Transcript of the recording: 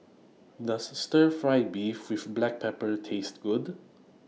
Does Stir Fry Beef with Black Pepper Taste Good